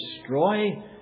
destroy